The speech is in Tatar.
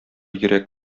йөрәк